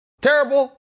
Terrible